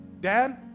Dad